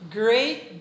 great